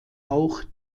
auch